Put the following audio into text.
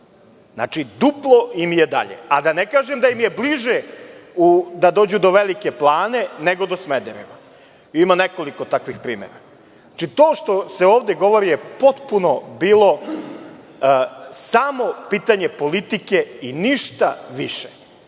Plane. Duplo im je dalje, a da ne kažem da im je bliže da dođu do Velike Plane, nego do Smedereva. Ima nekoliko takvih primera. To što se ovde govori je potpuno bilo samo pitanje politike i ništa više,